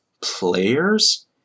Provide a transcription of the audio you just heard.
players